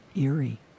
Eerie